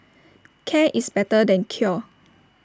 care is better than cure